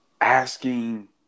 Asking